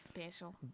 Special